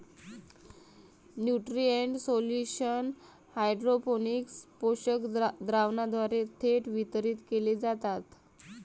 nutrient solution hydroponics पोषक द्रावणाद्वारे थेट वितरित केले जातात